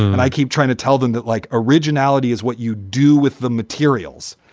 and i keep trying to tell them that, like, originality is what you do with the materials.